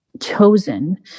chosen